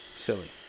silly